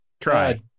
Try